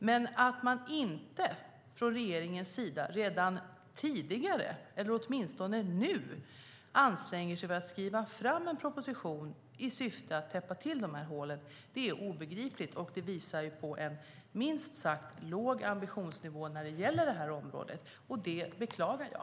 Men att man från regeringens sida inte redan tidigare ansträngt sig eller åtminstone anstränger sig nu för att få fram en proposition i syfte att täppa till hålen är obegripligt och visar på en minst sagt låg ambitionsnivå när det gäller det här området. Det beklagar jag.